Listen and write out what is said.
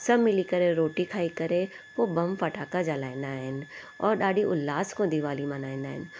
सभु मिली करे रोटी खाई करे पोइ बम फटाका जलाईंदा आहिनि और ॾाढी उल्हास सां दीवाली मल्हाईंदा आहिनि